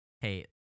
hey